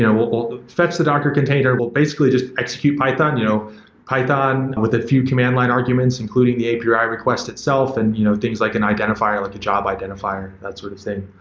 and we'll fetch the docker we'll basically just execute python. you know python with a few command line arguments, including the api ah request itself and you know things like and identifier, like a job identifier, that sort of thing.